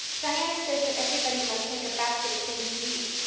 diana says that everybody must take a basket of things to eat.